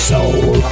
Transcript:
Soul